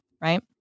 right